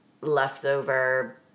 leftover